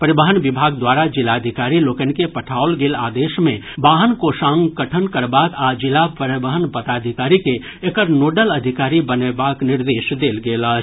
परिवहन विभाग द्वारा जिलाधिकारी लोकनि के पठाओल गेल आदेश मे वाहन कोषांग गठन करबाक आ जिला परिवहन पदाधिकारी के एकर नोडल अधिकारी बनेबाक निर्देश देल गेल अछि